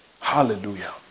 Hallelujah